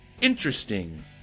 interesting